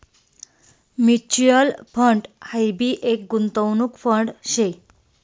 mutual fund हाई भी एक गुंतवणूक फंड शे